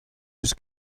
eus